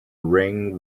ring